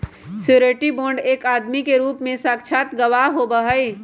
surety bond एक आदमी के रूप में साक्षात गवाह होबा हई